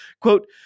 Quote